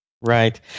Right